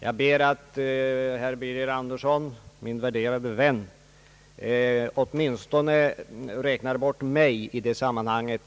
Jag ber att herr Birger Andersson, min värderade vän, räknar bort åtminstone mig i det sammanhanget.